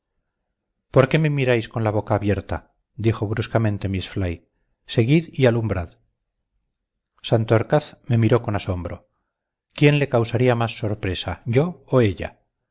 por qué me miráis con la boca abierta dijo bruscamente miss fly seguid y alumbrad santorcaz me miró con asombro quién le causaría más sorpresa yo o ella